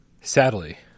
Sadly